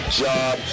job